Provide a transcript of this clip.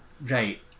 Right